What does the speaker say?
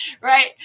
right